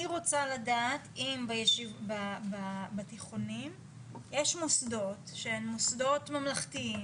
אני רוצה לדעת אם בתיכונים יש מוסדות שהם מוסדות שהם ממלכתי,